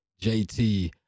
jt